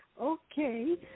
Okay